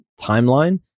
timeline